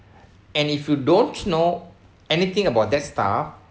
and if you don't know anything about that stuff